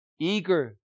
Eager